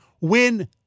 win